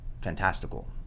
fantastical